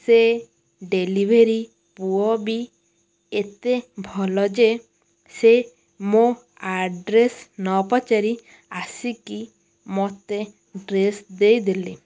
ସେ ଡେଲିଭରି ପୁଅ ବି ଏତେ ଭଲ ଯେ ସେ ମୋ ଆଡ୍ରେସ୍ ନ ପଚାରି ଆସିକି ମୋତେ ଡ୍ରେସ୍ ଦେଇଦେଲେ